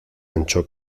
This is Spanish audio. ancho